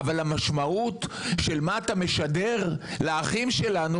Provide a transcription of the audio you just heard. אבל המשמעות של מה אתה משדר לאחים שלנו,